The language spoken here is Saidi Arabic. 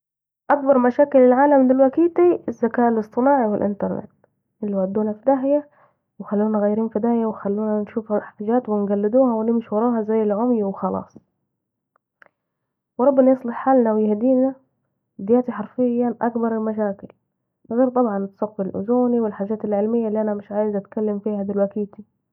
اكبر مشاكل العالم دلوكيتي الذكاء الاصطناعي و الانترنت الي ودانا في داهيه و خلانا غايرين في داهيه وخلانا نشوف حجات ونقلديها و نمشي وراها زي العمي وخلاص... و ربنا يصلح حالنا ويهديني دياتي حرفياً أكبر المشاكل ، غير طبعاً الثقب الاوزوني والحجات العلميه الي أنا مش عايزة اتكلم فيها دلوكيتي